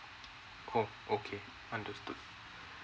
oh okay understood